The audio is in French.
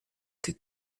que